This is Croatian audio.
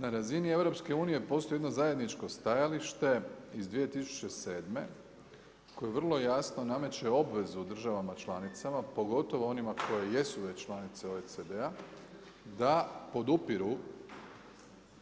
Na razini EU postoji jedno zajedničko stajalište iz 2007. koje vrlo jasno nameće obvezu državama članicama, pogotovo onima koje već jesu članice OECD-a da podupiru